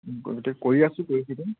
কৰি আছোঁ কৰি থাকিম